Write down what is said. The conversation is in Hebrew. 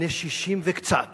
בני 60 וקצת